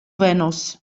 venos